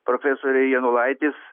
profesoriai janulaitis